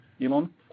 Elon